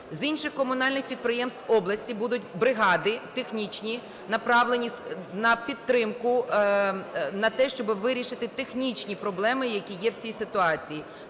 З інших комунальних підприємств області будуть бригади технічні направлені на підтримку, на те, щоб вирішити технічні проблеми, які є в цій ситуації.